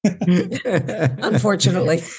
unfortunately